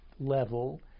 level